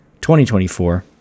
2024